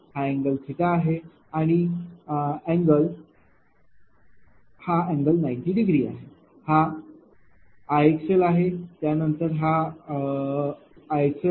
हा अँगल आहे आणि हा अँगल 90 डिग्री degreeअंशआहे हा Ixlआहे त्यानंतर हा Ixl आहे